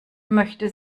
möchte